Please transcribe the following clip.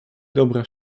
dobra